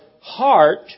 heart